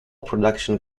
production